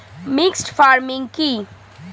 Mixed farming কি?